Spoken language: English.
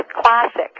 classic